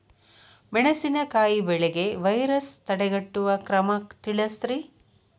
ಮೆಣಸಿನಕಾಯಿ ಬೆಳೆಗೆ ವೈರಸ್ ತಡೆಗಟ್ಟುವ ಕ್ರಮ ತಿಳಸ್ರಿ